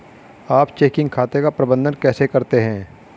आप चेकिंग खाते का प्रबंधन कैसे करते हैं?